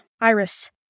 Iris